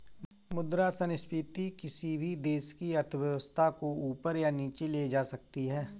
मुद्रा संस्फिति किसी भी देश की अर्थव्यवस्था को ऊपर या नीचे ले जा सकती है